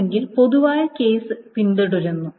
അല്ലെങ്കിൽ പൊതുവായ കേസ് പിന്തുടരുന്നു